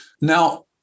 Now